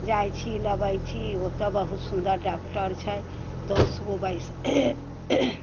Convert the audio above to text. जाइ छी लबै छी ओतऽ बहुत सुन्दर डॉक्टर छै दस गो बैसि